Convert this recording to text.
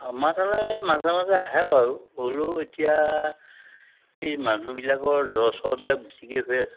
আমাৰ তালে মাজে মাজে আহে বাৰু হ'লেও এতিয়া এই মানুহবিলাকৰ জ্বৰ চৰবিলাক বেছিকে হৈ আছে